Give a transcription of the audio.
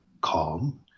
calm